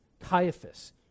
Caiaphas